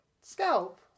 Scalp